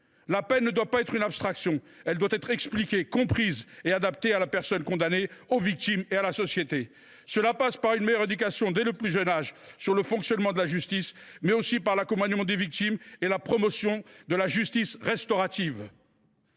Celle ci ne doit pas être une abstraction : elle doit être expliquée, comprise et adaptée à la personne condamnée, aux victimes et à la société. Cela passe par une meilleure éducation, dès le plus jeune âge, sur le fonctionnement de la justice, mais aussi par l’accompagnement des victimes et par la promotion de la justice restaurative.